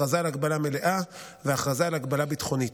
הכרזה על הגבלה מלאה והכרזה על הגבלה ביטחונית.